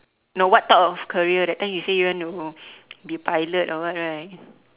no what type of career that time you say you want to be pilot or what right